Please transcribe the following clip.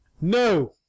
no